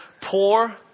poor